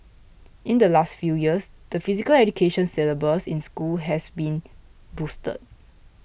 in the last few years the Physical Education syllabus in school has been boosted